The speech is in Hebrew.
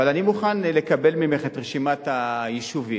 אבל אני מוכן לקבל ממך את רשימת היישובים